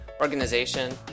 organization